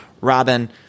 Robin